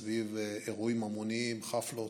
סביב אירועים המוניים: חפלות,